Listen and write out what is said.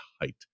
height